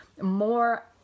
more